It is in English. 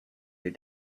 your